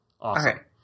awesome